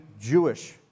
Jewish